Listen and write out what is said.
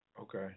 Okay